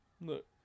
Look